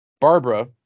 Barbara